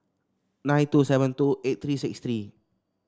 nine two seven two eight three six three